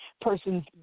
person's